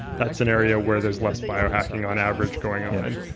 that's an area where there is less biohacking on average going on.